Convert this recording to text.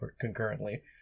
concurrently